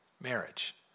marriage